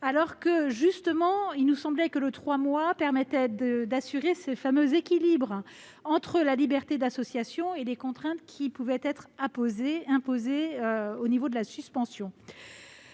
semblait justement que la période de trois mois permettait d'assurer ce fameux équilibre entre la liberté d'association et les contraintes qui pouvaient être imposées au travers d'une suspension.